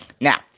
Now